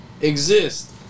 exist